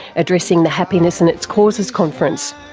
addressing the happiness and its causes conference.